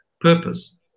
Purpose